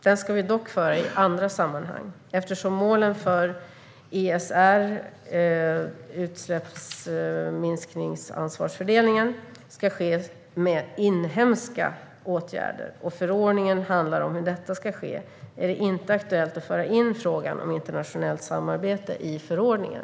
Den ska vi dock föra i andra sammanhang. Eftersom målen för ESR, utsläppsminskningsansvarsfördelningen, ska nås med inhemska åtgärder och förordningen handlar om hur detta ska ske är det inte aktuellt att föra in frågan om internationellt samarbete i förordningen.